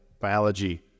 biology